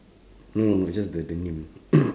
no no no just the the name